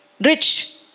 rich